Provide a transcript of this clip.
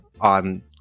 on